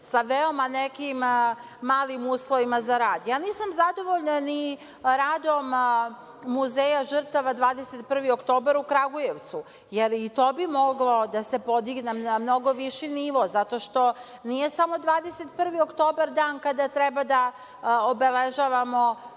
sa veoma nekim malim uslovima za rad. Ja nisam zadovoljna ni radom Muzeja žrtava „21.oktobar“ u Kragujevcu, jer i to bi moglo da se podigne na mnogo viši nivo, zato što nije samo „21. oktobar“ dan kada treba da obeležavamo